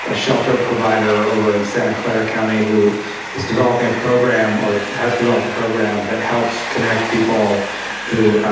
ah shelter provider over in santa clara county, who is developing a program or has developed a program that helps connect people who,